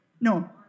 No